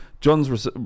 john's